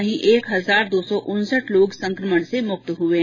वहीं एक हजार दो सौ उनसठ लोग संकमण से मुक्त हुये